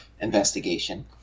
investigation